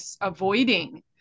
avoiding